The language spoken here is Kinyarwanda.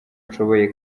nshoboye